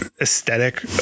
aesthetic